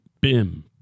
bim